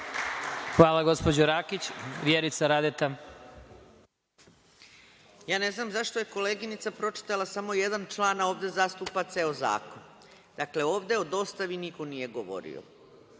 ima Vjerica Radeta. **Vjerica Radeta** Ne znam zašto je koleginica pročitala samo jedan član, a ovde zastupa ceo zakon. Dakle, ovde o dostavi niko nije govorio.